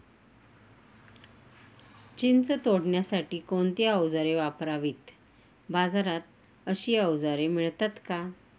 चिंच तोडण्यासाठी कोणती औजारे वापरावीत? बाजारात अशी औजारे मिळतात का?